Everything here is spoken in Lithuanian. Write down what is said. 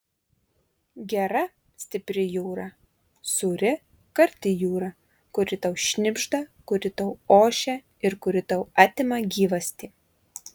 gera stipri jūra sūri karti jūra kuri tau šnibžda kuri tau ošia ir kuri tau atima gyvastį